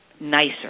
nicer